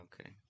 okay